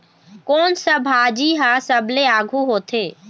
कोन सा भाजी हा सबले आघु होथे?